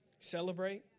celebrate